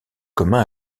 commun